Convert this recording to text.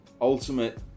ultimate